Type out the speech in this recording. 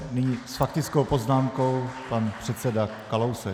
Nyní s faktickou poznámkou pan předseda Kalousek.